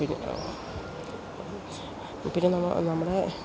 പിന്നെ പിന്നെ നമ്മൾ നമ്മുടെ